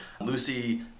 Lucy